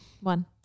One